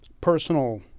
personal